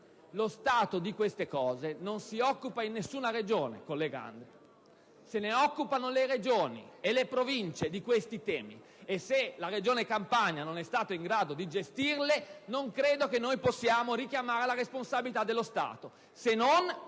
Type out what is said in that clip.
lo Stato di queste cose non si occupa in nessuna Regione, collega Andria. Di questi temi si occupano le Regioni e le Province. Se la Regione Campania non è stata in grado di gestirli, non credo che possiamo richiamare la responsabilità dello Stato,